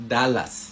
Dallas